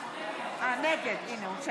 נגד יואב